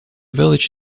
village